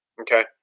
Okay